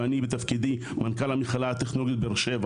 ואני בתפקידי מנכ"ל המכללה הטכנולוגית באר שבע